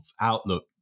outlook